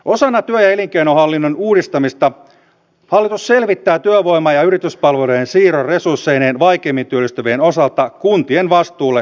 osana työ ja elinkeinohallinnon uudistamista hallitus selvittää työvoima ja yrityspalveluiden siirron resursseineen vaikeimmin työllistyvien osalta kuntien vastuulle työssäkäyntialueittain